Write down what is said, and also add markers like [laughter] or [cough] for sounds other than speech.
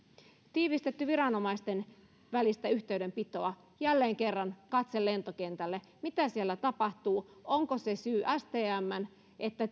tiivistetty viranomaisten välistä yhteydenpitoa jälleen kerran katse lentokentälle mitä siellä tapahtuu onko se syy stmn että [unintelligible]